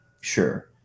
sure